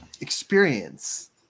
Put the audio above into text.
experience